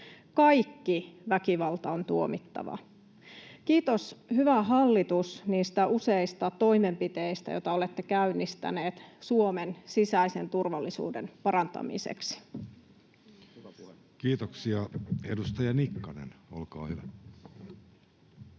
Kaikki väkivalta on tuomittava. Kiitos, hyvä hallitus, niistä useista toimenpiteistä, joita olette käynnistäneet Suomen sisäisen turvallisuuden parantamiseksi. [Speech 30] Speaker: Jussi